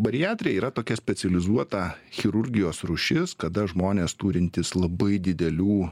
bariatrija yra tokia specializuota chirurgijos rūšis kada žmonės turintys labai didelių